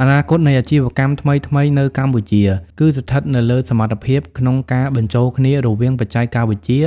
អនាគតនៃអាជីវកម្មថ្មីៗនៅកម្ពុជា គឺស្ថិតនៅលើសមត្ថភាពក្នុងការបញ្ចូលគ្នារវាងបច្ចេកវិទ្យា